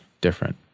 different